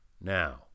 now